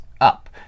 up